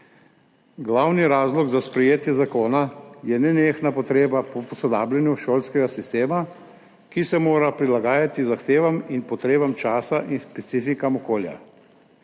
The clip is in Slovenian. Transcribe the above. Glavni razlog za sprejetje zakona je nenehna potreba po posodabljanju šolskega sistema, ki se mora prilagajati zahtevam in potrebam časa in specifikam okolja.